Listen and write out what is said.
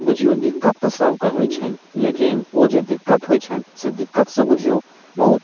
बुझिऔ दिक्कत तऽ सबके होयत छैन लेकिन ओ जे दिक्कत होयत छैन से दिक्कत से बुझिऔ बहुत